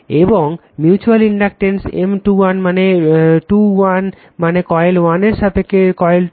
এবং mutual inductance M 2 1 মানে 2 1 মানে কয়েল 1 এর সাপেক্ষে কয়েল 2